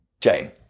jane